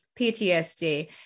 PTSD